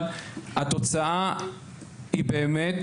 התוצאה היא באמת,